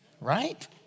right